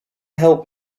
help